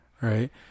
right